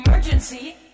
Emergency